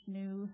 new